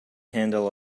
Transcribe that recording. handle